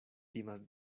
timas